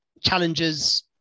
challenges